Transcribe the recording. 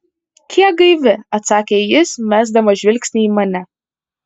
kiek gaivi atsakė jis mesdamas žvilgsnį į mane